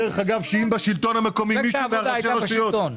מפלגת העבודה הייתה בשלטון.